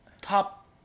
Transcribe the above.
Top